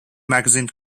magazine